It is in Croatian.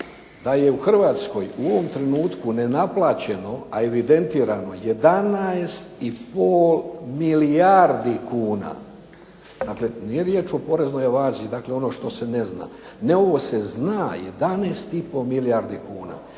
da je u Hrvatskoj u ovom trenutku nenaplaćeno a evidentirano 11,5 milijardi kuna, dakle nije riječ o poreznoj avaziji dakle ono što se ne zna. Ne, ovo se zna, 11,5 milijardi kuna.